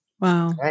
Wow